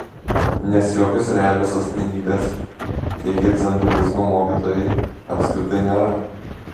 nes jokios realios asmenybės teigia dzenbudizmo mokytojai apskritai nėra